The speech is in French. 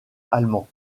allemand